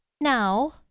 Now